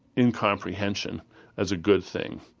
incomprehension as a good thing.